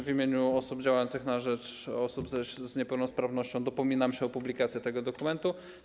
W imieniu osób działających na rzecz osób z niepełnosprawnością dopominam się też o publikację tego dokumentu.